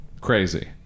crazy